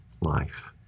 life